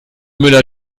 müller